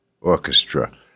orchestra